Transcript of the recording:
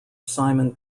simon